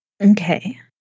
Okay